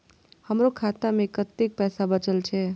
हमरो खाता में कतेक पैसा बचल छे?